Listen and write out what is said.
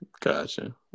Gotcha